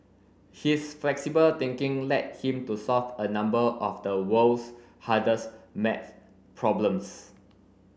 his flexible thinking led him to solve a number of the world's hardest maths problems